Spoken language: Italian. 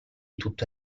tutto